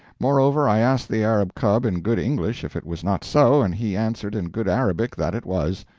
moreover, i asked the arab cub in good english if it was not so, and he answered in good arabic that it was.